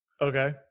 Okay